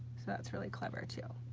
so that's really clever too.